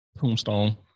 Tombstone